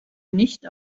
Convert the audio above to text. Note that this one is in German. nicht